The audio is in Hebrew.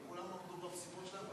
וכולם עמדו במשימות שלהם,